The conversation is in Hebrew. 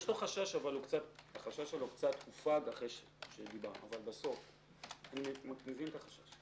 שיש גם חניון פרטי וגם חניון ציבורי וגם קניון וגם מגדל מגורים מעל.